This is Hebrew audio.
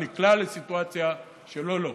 ונקלע לסיטואציה שלא לו.